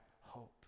hope